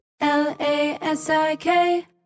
l-a-s-i-k